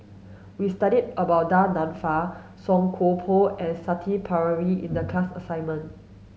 we studied about Du Nanfa Song Koon Poh and Shanti Pereira in the class assignment